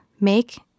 make